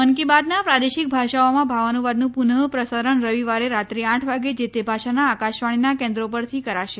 મન કી બાતના પ્રાદેશિક ભાષાઓમાં ભાવાનુવાદનું પુનઃ પ્રસારણ રવિવારે રાત્રે આઠ વાગે જે તે ભાષાના આકાશવાણીના કેન્દ્રો પરથી કરાશે